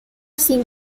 sin